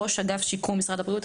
ראש אגף שיקום במשרד הבריאות.